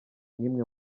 nk’imwe